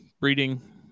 breeding